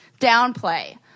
Downplay